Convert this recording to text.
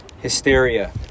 hysteria